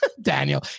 Daniel